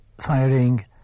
firing